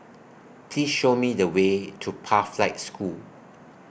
Please Show Me The Way to Pathlight School